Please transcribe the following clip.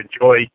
enjoy